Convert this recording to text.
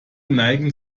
neigen